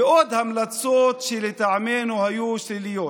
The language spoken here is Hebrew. ועוד המלצות שלטעמנו היו שליליות.